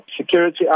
security